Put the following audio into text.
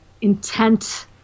intent